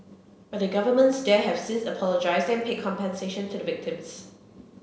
but the governments there have since apologised and paid compensation to the victims